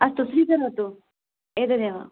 अस्तु स्वीकरोतु एतदेव